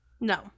no